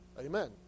Amen